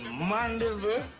manderville,